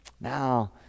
Now